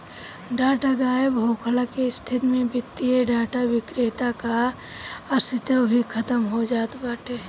data गायब होखला के स्थिति में वित्तीय डाटा विक्रेता कअ अस्तित्व भी खतम हो जात बाटे